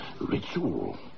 Ritual